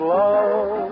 love